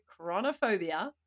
chronophobia